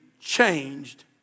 changed